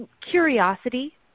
curiosity